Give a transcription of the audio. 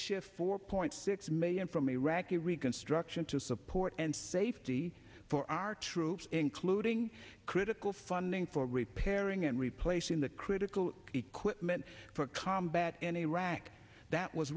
shift four point six million from iraqi reconstruction to support and safety for our troops including critical funding for repairing and replacing the critical equipment for combat in iraq that was